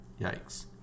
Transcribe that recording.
Yikes